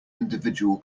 individual